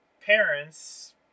parents